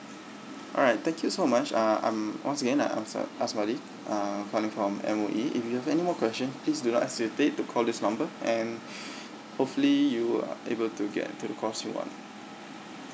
alright thank you so much uh I'm once again I'm A S M A D I uh calling from M_O_E if you have any more question please do not hesitate to call this number and hopefully you are able to get to the course you want